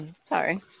Sorry